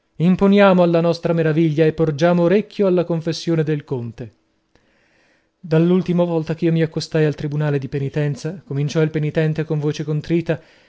imponiamo alla nostra meraviglia e porgiamo orecchio alla confessione del conte dall'ultima volta ch'io mi accostai al tribunale di penitenza cominciò il penitente con voce contrita